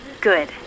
Good